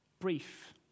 brief